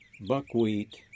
buckwheat